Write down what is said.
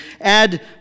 Add